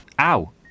Ow